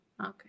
Okay